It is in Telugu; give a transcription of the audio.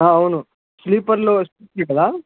అవును స్లీపర్లో వస్తుంది కదా